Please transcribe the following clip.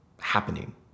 happening